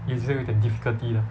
也是有点 difficulty 的